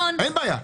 אין בעיה.